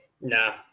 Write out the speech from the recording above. Nah